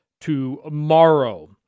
tomorrow